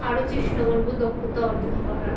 আরও চেষ্টা করবো দক্ষতা অর্জন করার